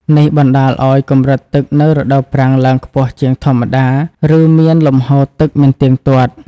នេះបណ្តាលឱ្យកម្រិតទឹកនៅរដូវប្រាំងឡើងខ្ពស់ជាងធម្មតា ឬមានលំហូរទឹកមិនទៀងទាត់។